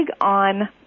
on